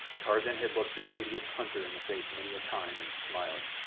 tarzan had looked the hideous hunter in the face many a time, and smiled.